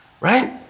right